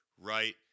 right